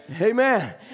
Amen